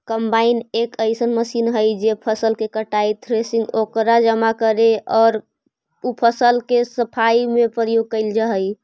combine एक अइसन machine हई जे फसल के कटाई, थ्रेसिंग, ओकरा जमा करे औउर उ फसल के सफाई में प्रयोग कईल जा हई